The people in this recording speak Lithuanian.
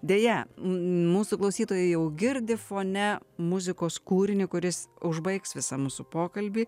deja mūsų klausytojai jau girdi fone muzikos kūrinį kuris užbaigs visą mūsų pokalbį